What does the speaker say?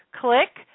click